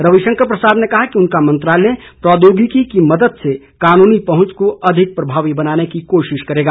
रविशंकर प्रसाद ने कहा कि उनका मंत्रालय प्रोद्योगिकी की मदद से कानूनी पहुंच को अधिक प्रभावी बनाने की कोशिश करेगा